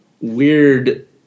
weird